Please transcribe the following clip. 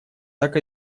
так